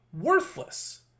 worthless